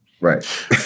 Right